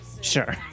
Sure